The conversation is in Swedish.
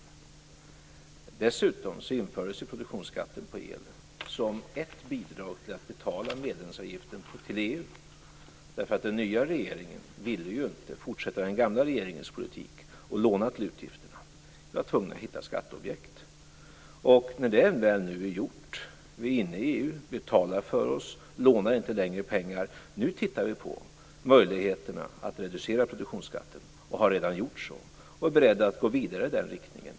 Produktionsskatten på el infördes dessutom som ett bidrag till betalningen av medlemsavgiften till EU. Den nya regeringen ville inte fortsätta den gamla regeringens politik och låna till utgifterna. Vi var tvungna att hitta skatteobjekt. När det väl nu är gjort - vi är inne i EU, betalar för oss och lånar inte längre pengar - tittar vi på möjligheterna att reducera produktionsskatten. Vi har redan gjort så och är beredda att gå vidare i den riktningen.